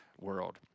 world